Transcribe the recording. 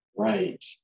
right